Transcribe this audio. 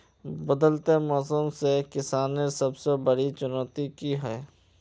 बदलते मौसम से किसानेर सबसे बड़ी चुनौती की होय?